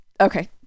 okay